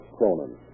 Cronin